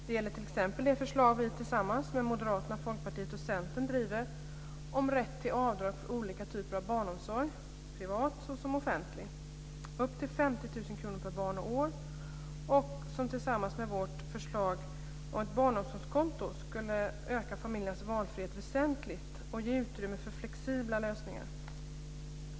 Det gäller t.ex. det förslag som vi tillsammans med Moderaterna, Folkpartiet och Centern driver om rätt till avdrag för olika typer av barnomsorg, privat såsom offentlig, upp till 50 000 kr per barn och år. Tillsammans med vårt förslag om ett barnomsorgskonto skulle det öka familjernas valfrihet väsentligt och ge utrymme för flexibla lösningar.